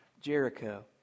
Jericho